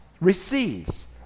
receives